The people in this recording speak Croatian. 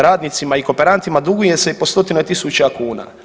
Radnicima i kooperantima duguje se i po stotine tisuća kuna.